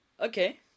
Okay